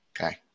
Okay